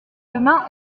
demain